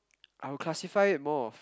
I'll classify it more of